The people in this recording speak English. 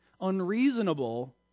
Unreasonable